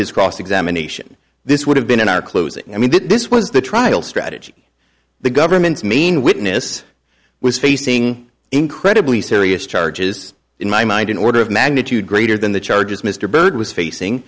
his cross examination this would have been in our closing i mean this was the trial strategy the government's main witness was facing incredibly serious charges in my mind an order of magnitude greater than the charges mr byrd was facing